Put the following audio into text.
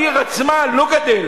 בעיר עצמה זה לא גדל.